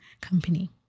company